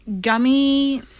Gummy